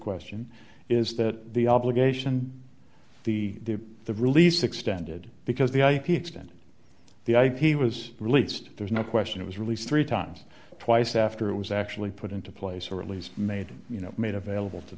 question is that the obligation the the release extended because the ip extending the ip was released there's no question it was released three times twice after it was actually put into place or at least made you know made available to